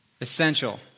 essential